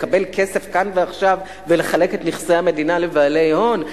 לקבל כסף כאן ועכשיו ולחלק את נכסי המדינה לבעלי הון.